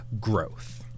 growth